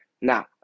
Now